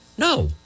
No